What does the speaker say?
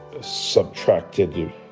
subtracted